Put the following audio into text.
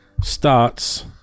starts